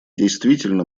действительно